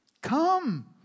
Come